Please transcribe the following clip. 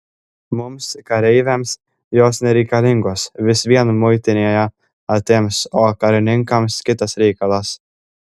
mums kareiviams jos nereikalingos vis vien muitinėje atims o karininkams kitas reikalas